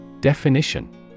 Definition